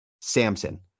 Samson